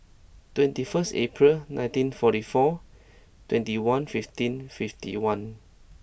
twenty first April nineteen forty four twenty one fifteen fifty one